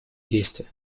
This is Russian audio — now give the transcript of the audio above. действия